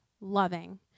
loving